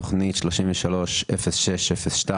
תכנית 33-06-02